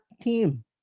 team